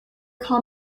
call